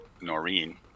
Noreen